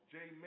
Jay